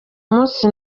munsi